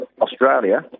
Australia